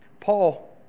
paul